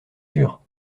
sûr